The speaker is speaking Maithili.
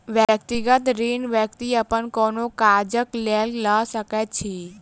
व्यक्तिगत ऋण व्यक्ति अपन कोनो काजक लेल लऽ सकैत अछि